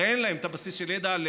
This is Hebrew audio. הרי אין להם בסיס של ידע,